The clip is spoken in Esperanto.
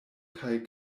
kaj